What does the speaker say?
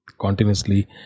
continuously